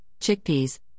chickpeas